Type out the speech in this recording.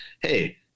Hey